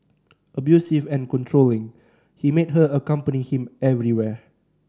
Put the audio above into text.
abusive and controlling he made her accompany him everywhere